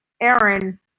Aaron